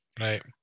Right